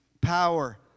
power